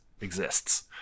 exists